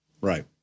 right